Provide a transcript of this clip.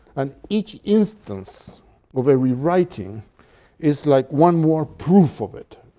and each instance of a rewriting is like one more proof of it,